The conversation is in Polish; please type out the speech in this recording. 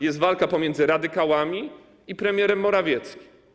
Jest walka pomiędzy radykałami i premierem Morawieckim.